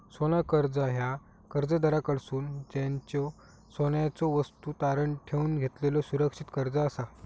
सोना कर्जा ह्या कर्जदाराकडसून त्यांच्यो सोन्याच्यो वस्तू तारण ठेवून घेतलेलो सुरक्षित कर्जा असा